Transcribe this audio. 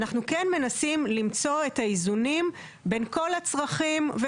אנחנו כן מנסים למצוא את האיזונים בין כל הצרכים.